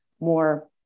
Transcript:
more